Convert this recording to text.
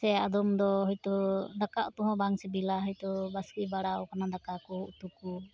ᱥᱮ ᱟᱫᱚᱢ ᱫᱚ ᱦᱚᱭᱛᱚ ᱫᱟᱠᱟ ᱩᱛᱩ ᱦᱚ ᱵᱟᱝ ᱥᱤᱵᱤᱞᱟ ᱵᱟ ᱦᱚᱭᱛᱳ ᱵᱟᱥᱠᱤ ᱵᱟᱲᱟᱣ ᱠᱟᱱᱟ ᱫᱟᱠᱟ ᱠᱚ ᱩᱛᱩ ᱠᱚ